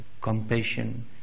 compassion